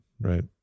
Right